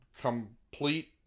complete